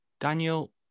Daniel